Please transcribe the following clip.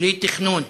בלי תכנון,